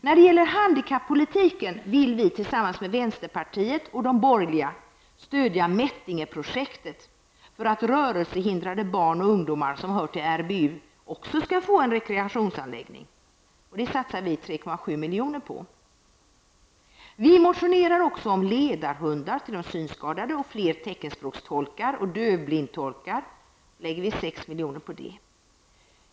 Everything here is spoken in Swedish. När det gäller handikappolitiken vill vi tillsammans med vänsterpartiet och de borgerliga partierna stödja Mättingeprojektet för att rörelsehindrade barn och ungdomar som tillhör RBU också skall få en rekreationsanläggning. För detta ändamål satsar vi 3,7 milj.kr. Vi motionerar också om ledarhundar för de synskadade och fler teckenspråkstolkar och dövblindtolkar. På dessa ändamål lägger vi 6 milj.kr.